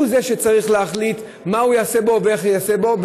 הוא זה שצריך להחליט מה הוא הוא יעשה בו ואיך יעשה בו,